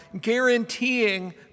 guaranteeing